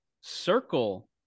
circle